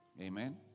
Amen